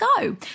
go